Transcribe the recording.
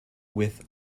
with